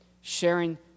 Sharing